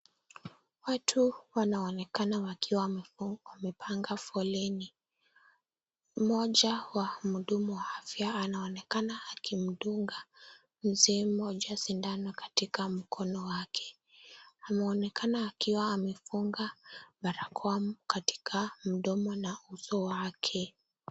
Watu wanaonekana wakiwa wamepanga foleni. Moja wa mhudumu wa afya anaonekana akimdunga mzee moja shindano katika mkono wake, ameonekana akiwa amefunga barakoa katika mdomo na uso wake.